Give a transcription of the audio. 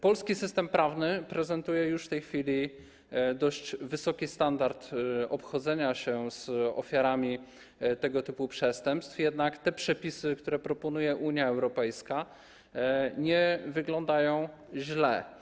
Polski system prawny prezentuje już w tej chwili dość wysoki standard obchodzenia się z ofiarami tego typu przestępstw, jednak te przepisy, które proponuje Unia Europejska, nie wyglądają źle.